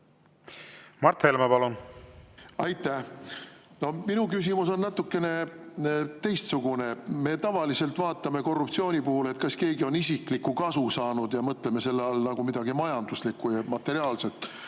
Mart Helme, palun! Aitäh! Minu küsimus on natukene teistsugune. Me tavaliselt vaatame korruptsiooni puhul, kas keegi on isiklikku kasu saanud, ja mõtleme selle all midagi majanduslikku, materiaalset